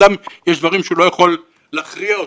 יש דברים שבן אדם לא יכול להכריע אותם,